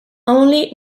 only